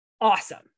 awesome